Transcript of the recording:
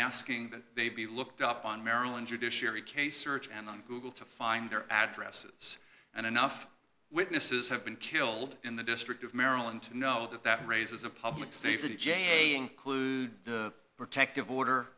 asking that they be looked up on maryland judiciary case search and on google to find their addresses and enough witnesses have been killed in the district of maryland to know that that raises a public safety j and the protective order